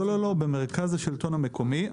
לא, במרכז השלטון המקומי.